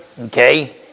Okay